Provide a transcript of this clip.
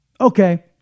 Okay